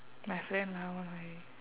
my friend ah one of my